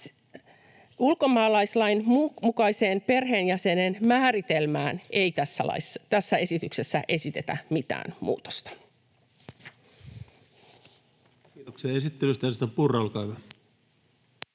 Ulkomaalaislain mukaiseen perheenjäsenen määritelmään ei tässä esityksessä esitetä mitään muutosta. [Speech